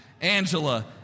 Angela